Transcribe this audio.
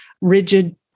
rigid